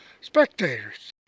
Spectators